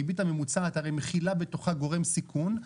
הריבית הממוצעת הרי מכילה בתוכה גורם סיכון,